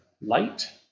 light